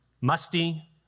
musty